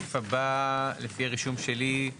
הסעיף הבא לפי הרישום שלי זה